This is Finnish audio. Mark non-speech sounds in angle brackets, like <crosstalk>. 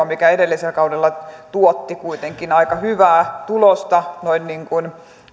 <unintelligible> mikä edellisellä kaudella tuotti kuitenkin aika hyvää tulosta noin